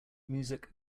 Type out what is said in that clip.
music